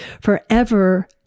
Forever